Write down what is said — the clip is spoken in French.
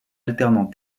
alternant